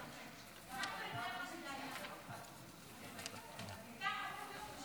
אני מתכבד להביא בפני הכנסת לקריאה השנייה